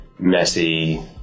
messy